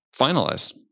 finalize